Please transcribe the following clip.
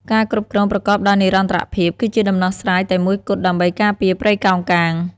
ការគ្រប់គ្រងប្រកបដោយនិរន្តរភាព គឺជាដំណោះស្រាយតែមួយគត់ ដើម្បីការពារព្រៃកោងកាង។